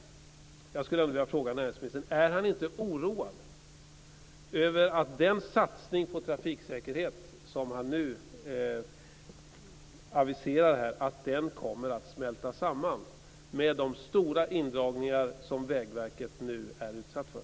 Jag vill dock fråga näringsministern: Är han inte oroad över att den satsning på trafiksäkerhet som han nu aviserar kommer att smälta samman med de stora indragningar som Vägverket nu är utsatt för?